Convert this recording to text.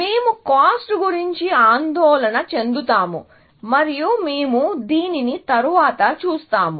మేము కాస్ట్ గురించి ఆందోళన చెందుతాము మరియు మేము దీనిని తరువాత చూస్తాము